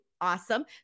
Awesome